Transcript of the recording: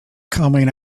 coming